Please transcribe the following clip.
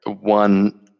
one